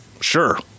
sure